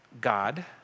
God